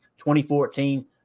2014